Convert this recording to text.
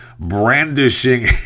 brandishing